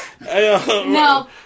No